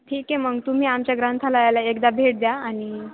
ठीक आहे मग तुम्ही आमच्या ग्रंथालयाला एकदा भेट द्या आणि